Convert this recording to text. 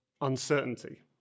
uncertainty